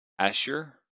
Asher